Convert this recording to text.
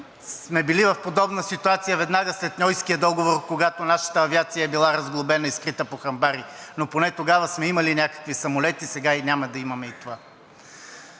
сме били в подобна ситуация веднага след Ньойския договор, когато нашата авиация е била разглобена и скрита по хамбари. Поне тогава сме имали някакви самолети, сега няма да имаме и това.